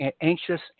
anxious